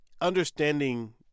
understanding